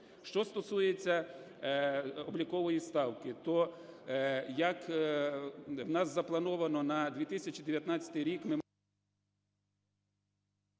Що стосується облікової ставки, то як в нас заплановано на 2019 рік